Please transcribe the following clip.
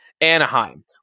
Anaheim